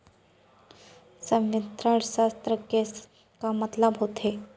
संवितरण शर्त के का मतलब होथे?